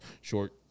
short